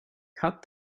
cut